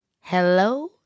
Hello